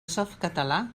softcatalà